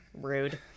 Rude